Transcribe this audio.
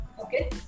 okay